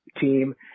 team